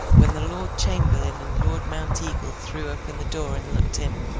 when the lord chamberlain and lord mounteagle threw open the door and looked in.